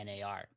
nar